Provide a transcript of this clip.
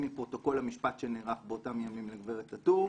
מפרוטוקול המשפט שנערך באותם ימים לגברת טאטור.